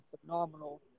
phenomenal